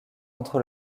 entre